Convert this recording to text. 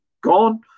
Gone